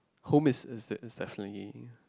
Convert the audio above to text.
home is is is definitely